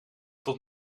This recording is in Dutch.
tot